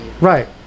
Right